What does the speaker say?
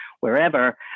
wherever